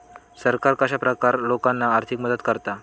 सरकार कश्या प्रकारान लोकांक आर्थिक मदत करता?